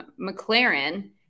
McLaren